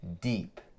deep